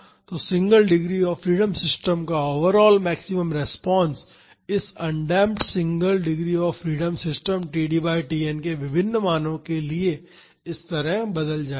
तो single degree of freedom system का overall maximum response इस undamped single degree of freedom system td by Tn के विभिन्न मानो के लिए इस तरह बदल जायेगा